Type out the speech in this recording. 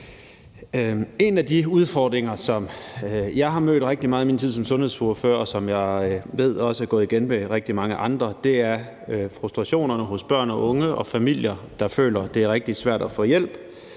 En af de udfordringer, som jeg har mødt rigtig meget i min tid som sundhedsordfører, og som jeg ved også er gået igen hos rigtig mange andre, er frustrationerne hos børn og unge og familier, der føler, at det er rigtig svært at få hjælp,